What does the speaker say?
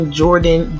jordan